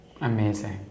amazing